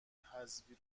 حذفی